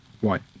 white